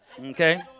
Okay